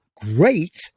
great